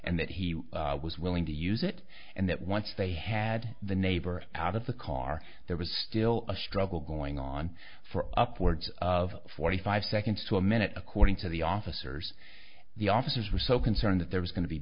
and that he was willing to use it and that once they had the neighbor out of the car there was still a struggle going on for upwards of forty five seconds to a minute according to the officers the officers were so concerned that there was going to be